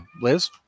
Liz